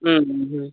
ம் ம் ம்